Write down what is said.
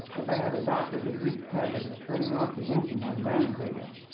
if i had adopted the greek habit of turning off the engine on downgrades.